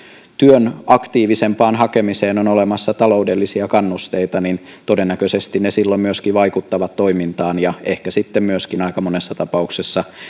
työn aktiivisempaan hakemiseen on olemassa taloudellisia kannusteita todennäköisesti ne silloin vaikuttavat toimintaan ja ehkä sitten aika monessa tapauksessa